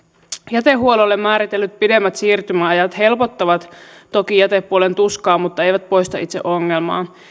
jätehuollolle määritellyt pidemmät siirtymäajat helpottavat toki jätepuolen tuskaa mutta eivät poista itse ongelmaa